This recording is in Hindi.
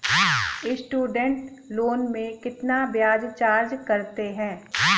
स्टूडेंट लोन में कितना ब्याज चार्ज करते हैं?